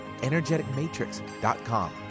energeticmatrix.com